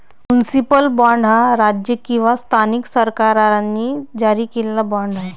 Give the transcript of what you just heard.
municipal bond हा राज्य किंवा स्थानिक सरकारांनी जारी केलेला बाँड आहे